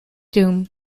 doom